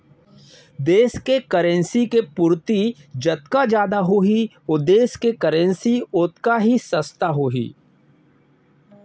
देस के करेंसी के पूरति जतका जादा होही ओ देस के करेंसी ओतका ही सस्ता होही